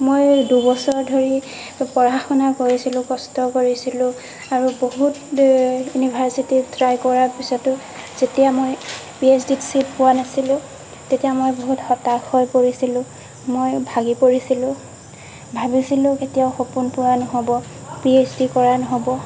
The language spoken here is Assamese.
মই দুবছৰ ধৰি প পঢ়া শুনা কৰিছিলোঁ কষ্ট কৰিছিলোঁ আৰু বহুত ইউনিভাৰ্চিটিত ট্ৰাই কৰাৰ পিছতো যেতিয়া মই পি এইচ ডিত ছিট পোৱা নাছিলোঁ তেতিয়া মই বহুত হতাশ হৈ পৰিছিলোঁ মই ভাগী পৰিছিলোঁ ভাবিছিলোঁ কেতিয়াও সপোন পূৰা নহ'ব পি এইচ ডি কৰা নহ'ব